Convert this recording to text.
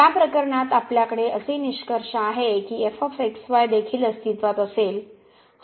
त्या प्रकरणात आपल्याकडे असे निष्कर्ष आहे की देखील अस्तित्वात असेल